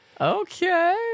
Okay